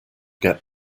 get